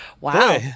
Wow